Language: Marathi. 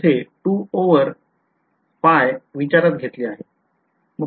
इथे 2 over विचारात घेतलेले आहे